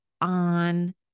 on